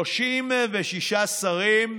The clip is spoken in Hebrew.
36 שרים,